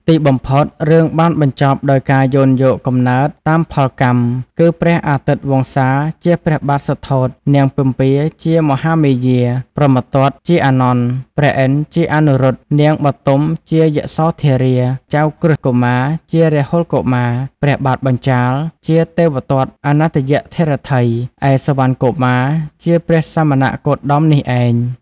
ទីបំផុត រឿងបានបញ្ចប់ដោយការយោនយកកំណើតតាមផលកម្ម គឺព្រះអាទិត្យវង្សាជាព្រះបាទសុទ្ធោន៍ នាងពិម្ពាជាមហាមាយា ព្រហ្មទត្តជាអានន្ន ព្រះឥន្ទជាអនុរុទ្ធ នាងបទុមជាយសោធារា ចៅក្រឹស្នកុមារជារាហុលកុមារ ព្រះបាទបញ្ចាល៍ជាទេវទត្តអន្យតិរ្ថិយ ឯសុវណ្ណកុមារជាព្រះសាមណគោតមនេះឯង។